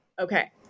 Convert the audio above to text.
okay